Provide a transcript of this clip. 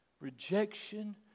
Rejection